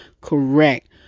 correct